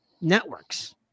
networks